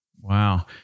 Wow